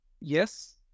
yes